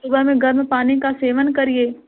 सुबह में गर्म पानी का सेवन करिए